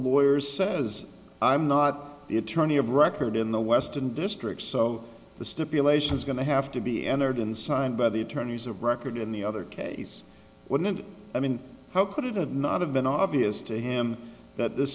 lawyers says i'm not it tourney of record in the western district so the stipulation is going to have to be entered and signed by the attorneys of record in the other case wouldn't i mean how could it not have been obvious to him that th